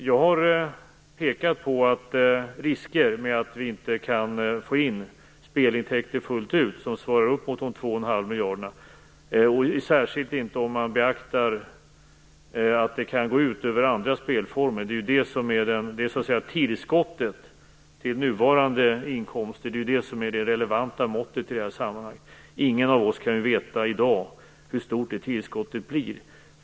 Jag har pekat på risker med att vi inte kan få in spelintäkter som fullt ut svarar upp mot de här två och en halv miljarder kronorna - särskilt inte om man beaktar att det kan gå ut över andra spelformer. Det är ju tillskottet till nuvarande inkomster som är det relevanta måttet i det här sammanhanget. Ingen av oss kan ju i dag veta hur stort detta tillskott blir.